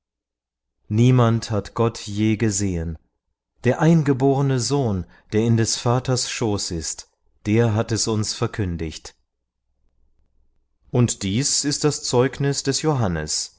niemand hat gott je gesehen der eingeborene sohn der in des vaters schoß ist der hat es uns verkündigt und dies ist das zeugnis des johannes